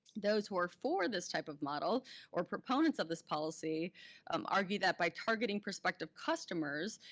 those who are for this type of model or proponents of this policy argue that by targeting prospective customers,